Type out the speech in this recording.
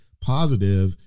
positive